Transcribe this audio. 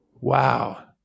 Wow